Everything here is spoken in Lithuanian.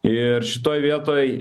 ir šitoj vietoj